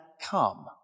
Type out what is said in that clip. come